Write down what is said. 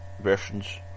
versions